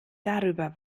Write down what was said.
darüber